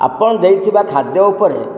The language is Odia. ଆପଣ ଦେଇଥିବା ଖାଦ୍ୟ ଉପରେ